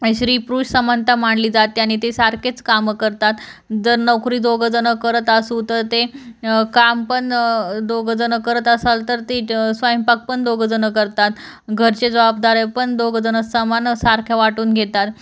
स्त्रीपुरुष समानता मानली जाते आणि ते सारखेच काम करतात जर नोकरी दोघे जण करत असू तर ते काम पण दोघे जण करत असाल तर तिथे स्वयंपाक पण दोघे जण करतात घरची जबाबदाऱ्या पण दोघे जण समान सारख्या वाटून घेतात